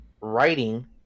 writing